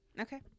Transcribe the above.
Okay